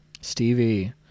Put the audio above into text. Stevie